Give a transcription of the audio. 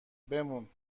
بمون